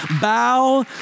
bow